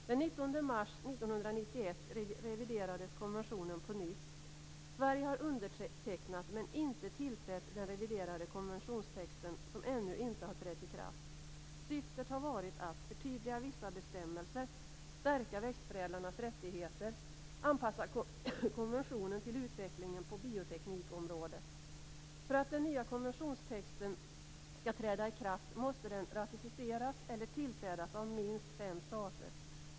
Den 19 mars 1991 reviderades konventionen på nytt. Sverige har undertecknat, men inte tillträtt, den reviderade konventionstexten, som ännu inte har trätt i kraft. Syftet har varit att: förtydliga vissa bestämmelser, stärka växtförädlarnas rättigheter och anpassa konventionen till utvecklingen på bioteknikområdet. För att den nya konventionstexten skall träda i kraft måste den ratificeras eller tillträdas av minst fem stater.